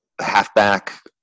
halfback